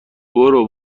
برو